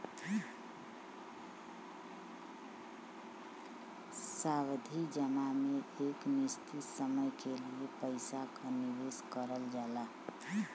सावधि जमा में एक निश्चित समय के लिए पइसा क निवेश करल जाला